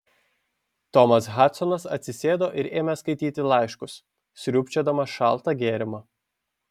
tomas hadsonas atsisėdo ir ėmė skaityti laiškus sriubčiodamas šaltą gėrimą